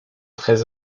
très